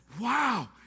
wow